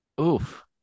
Oof